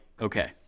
okay